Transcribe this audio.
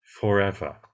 forever